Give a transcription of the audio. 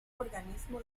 organismo